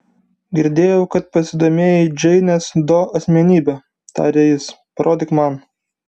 girdėjau kad pasidomėjai džeinės do asmenybe tarė jis parodyk man